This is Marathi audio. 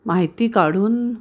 माहिती काढून